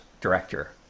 director